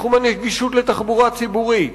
בתחום הגישה לתחבורה הציבורית.